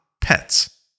pets